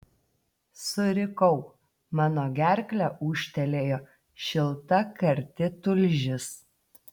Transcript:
surikau mano gerkle ūžtelėjo šilta karti tulžis